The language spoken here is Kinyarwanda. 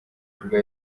kubwa